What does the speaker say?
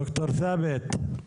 ד"ר ת'אבת.